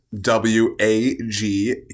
W-A-G